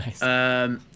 Nice